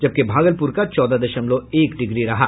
जबकि भागलपुर का चौदह दशमलव एक डिग्री रहा